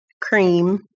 cream